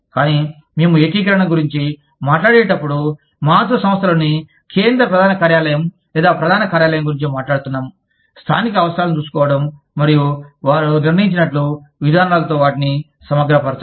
కానీ మేము ఏకీకరణ గురించి మాట్లాడేటప్పుడు మాతృ సంస్థలోని కేంద్ర ప్రధాన కార్యాలయం లేదా ప్రధాన కార్యాలయం గురించి మాట్లాడుతున్నాము స్థానిక అవసరాలను చూసుకోవడం మరియు వారు నిర్ణయించినట్లు విధానాలతో వాటిని సమగ్రపరచడం